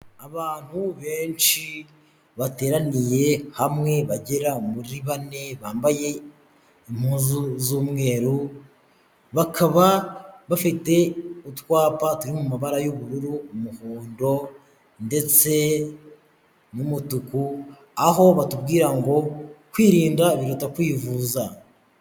Abantu benshi bateraniye hamwe bagera muri bane bambaye impuzu z'umweru bakaba bafite utwapa turi mu mabara y'ubururu, umuhondo ndetse n'umutuku, aho batubwira ngo kwirinda biruta kwivuza.